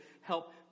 help